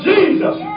Jesus